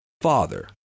father